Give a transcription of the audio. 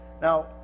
Now